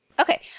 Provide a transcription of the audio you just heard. Okay